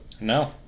No